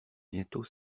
bientôt